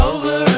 Over